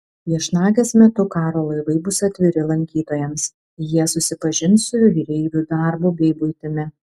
viešnagės metu karo laivai bus atviri lankytojams jie susipažins su jūreivių darbu bei buitimi